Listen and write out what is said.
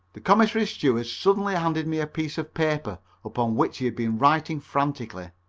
the commissary steward suddenly handed me a piece of paper upon which he had been writing frantically.